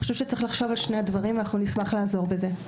אני חושבת שצריך לחשוב על שני הדברים ואנחנו נשמח לעזור בזה.